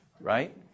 right